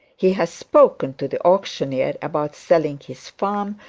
he has spoken to the auctioneer about selling his farm,